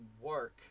work